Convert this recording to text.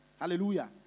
Hallelujah